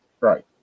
Right